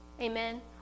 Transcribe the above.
amen